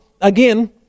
again